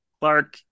clark